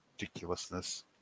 ridiculousness